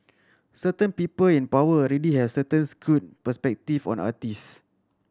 certain people in power already have a certain skewed perspective on artist